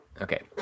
Okay